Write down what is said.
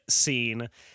scene